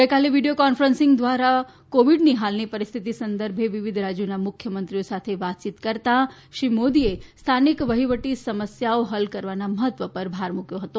ગઈકાલે video conference દ્વારા કોવિડની હાલની પરિસ્થિતિ સંદર્ભે વિવિધ રાજ્યોના મુખ્યમંત્રીઓ સાથે વાતચીત કરતાં શ્રી મોદીએ સ્થાનિક વહીવટી સમસ્યાઓ હલ કરવાના મહત્વ પર ભાર મૂક્યો હતો